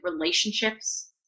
relationships